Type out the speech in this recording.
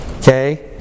Okay